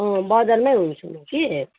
अँ बजारमै हुन्छु म कि